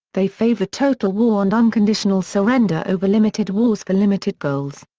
they favor total war and unconditional surrender over limited wars for limited goals.